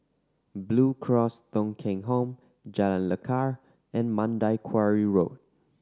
Blue Cross Thong Kheng Home Jalan Lekar and Mandai Quarry Road